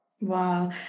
Wow